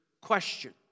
question